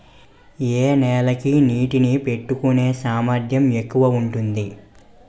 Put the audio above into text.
ఏ నేల కి నీటినీ పట్టుకునే సామర్థ్యం ఎక్కువ ఉంటుంది?